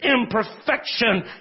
imperfection